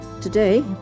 Today